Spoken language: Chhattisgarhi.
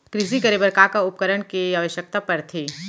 कृषि करे बर का का उपकरण के आवश्यकता परथे?